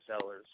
sellers